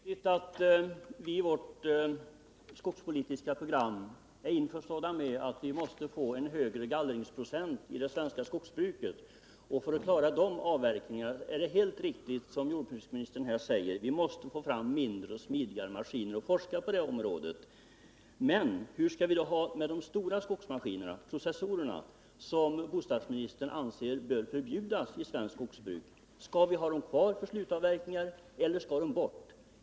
Herr talman! Det är riktigt att vi i vårt skogspolitiska program är införstådda med att vi måste få en högre gallringsprocent i det svenska skogsbruket. För att klara de avverkningarna är det helt riktigt som jordbruksministern säger, att vi måste få fram mindre och smidigare maskiner och att det därför behövs forskning på det området. Men hur skall vi ha det med de stora skogsmaskinerna, processorerna, som bostadsministern anser bör förbjudas i svenskt skogsbruk? Skall vi ha dem kvar för slutavverkningar, eller skall de bort?